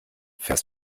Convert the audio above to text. fährst